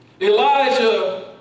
Elijah